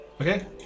Okay